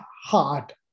heart